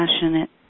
passionate